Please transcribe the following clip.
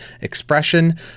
expression